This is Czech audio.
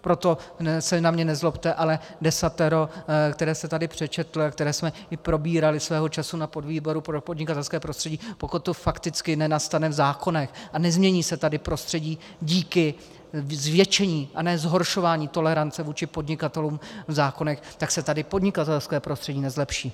Proto se na mě nezlobte, ale desatero, které jste tady přečetl a které jsme probírali svého času na podvýboru pro podnikatelské prostředí, pokud to fakticky nenastane v zákonech a nezmění se tady prostředí díky zvětšení, a ne zhoršování tolerance vůči podnikatelům v zákonech, tak se tady podnikatelské prostředí nezlepší.